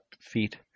feet